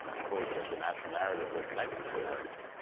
i've always thought the national narrative was an exodus narrative.